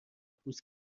پوست